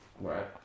right